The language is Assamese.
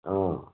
অঁ